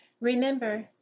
Remember